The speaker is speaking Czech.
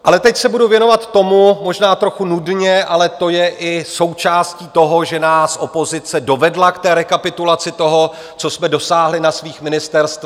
Ale teď se budu věnovat tomu, možná trochu nudně, ale to je i součástí toho, že nás opozice dovedla k rekapitulaci toho, co jsme dosáhli na svých ministerstvech.